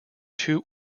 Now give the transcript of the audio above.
two